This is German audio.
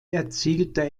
erzielte